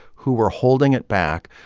who were holding it back,